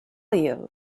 you